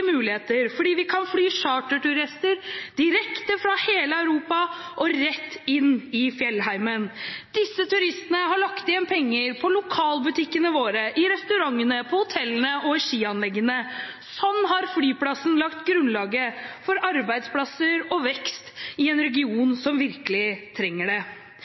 muligheter, fordi vi kan fly charterturister direkte fra hele Europa og rett inn i fjellheimen. Disse turistene har lagt igjen penger i lokalbutikkene våre, i restaurantene, på hotellene og i skianleggene. Sånn har flyplassen lagt grunnlaget for arbeidsplasser og vekst i en region som virkelig trenger det. Fra jul og fram til april er det